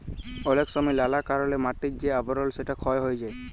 অলেক সময় লালা কারলে মাটির যে আবরল সেটা ক্ষয় হ্যয়ে যায়